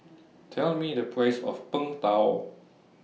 Tell Me The Price of Png Tao